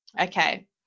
Okay